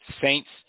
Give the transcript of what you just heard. Saints